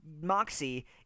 Moxie